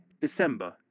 December